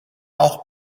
auch